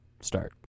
start